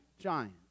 giant